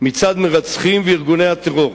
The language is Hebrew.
מצד מרצחים וארגוני הטרור.